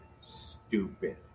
stupid